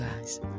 guys